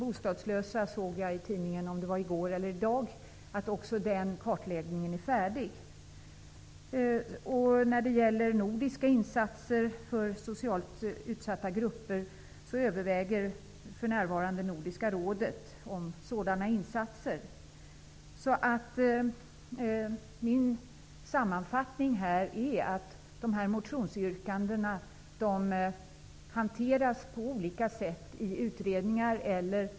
Jag såg i tidningen i går eller i dag att kartläggningen av de bostadslösa också är färdig nu. När det gäller nordiska insatser för socialt utsatta grupper överväger Nordiska rådet för närvarande sådana insatser. Min sammanfattning av detta blir att dessa motionsyrkanden hanteras på olika sätt i utredningar.